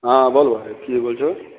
হ্যাঁ বলো ভাই কী বলছ